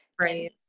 Right